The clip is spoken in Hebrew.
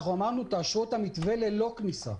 אמרנו: תאשרו את המתווה ללא כניסה,